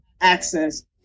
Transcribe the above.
access